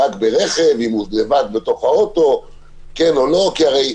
ברכב, ברגל, לבד או עם עוד נהג?